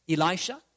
Elisha